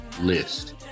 list